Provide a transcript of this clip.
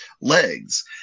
legs